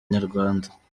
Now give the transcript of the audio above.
inyarwanda